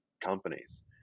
companies